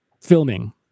filming